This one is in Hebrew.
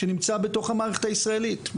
שנמצא בתוך המערכת הישראלית.